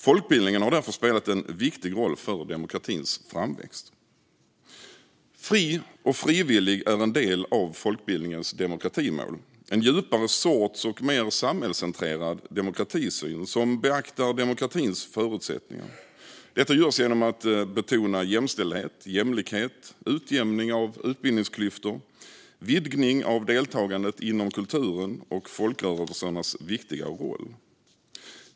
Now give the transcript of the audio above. Folkbildningen anses därför ha spelat en viktig roll för demokratins framväxt. Fri och frivillig är en del av folkbildningens demokratimål, det vill säga en djupare sorts och mer samhällscentrerad demokratisyn som beaktar demokratins förutsättningar. Detta görs genom att betona jämställdhet, jämlikhet, utjämning av utbildningsklyftor, vidgning av deltagandet inom kulturen och folkrörelsernas viktiga roll.